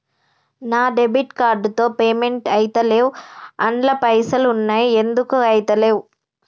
నా debit card తో payment ఐతలేవ్ అండ్ల పైసల్ ఉన్నయి ఎందుకు ఐతలేవ్?